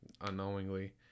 unknowingly